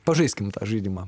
pažaiskim tą žaidimą